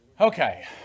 Okay